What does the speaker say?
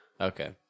Okay